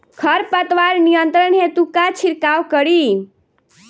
खर पतवार नियंत्रण हेतु का छिड़काव करी?